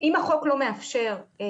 -- אני חושבת שאם החוק לא מאפשר נגישות